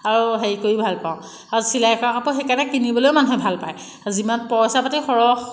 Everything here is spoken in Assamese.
আৰু হেৰি কৰি ভালপাওঁ আৰু চিলাই কৰা কাপোৰ সেইকাৰণে কিনিবলৈও মানুহে ভালপায় আৰু যিমান পইচা পাতি খৰচ